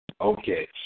Okay